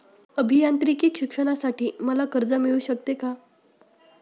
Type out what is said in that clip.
अभियांत्रिकी शिक्षणासाठी मला कर्ज मिळू शकते का?